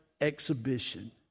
exhibition